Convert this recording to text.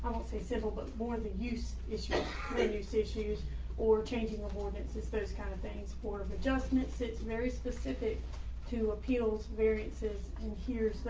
will say several but more than use, they use issues or changing performances, those kind of things for adjustments. it's very specific to appeals variances in here. so